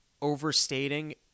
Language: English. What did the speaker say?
overstating